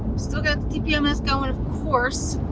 still got the tpms going of course.